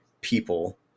people